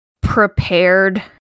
prepared